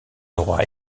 n’aura